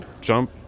jump